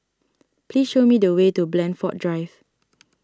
please show me the way to Blandford Drive